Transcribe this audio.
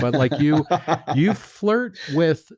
but like you you flirt with